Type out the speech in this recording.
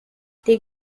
die